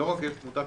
לא רק תמותה,